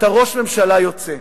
אתה ראש ממשלה יוצא.